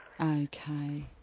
Okay